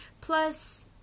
Plus